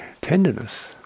tenderness